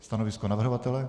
Stanovisko navrhovatele?